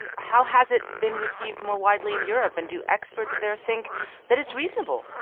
um how has it been received more widely in europe? and do experts there think that it's reasonable?